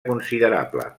considerable